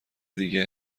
دیگه